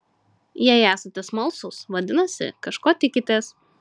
jei esate smalsūs vadinasi kažko tikitės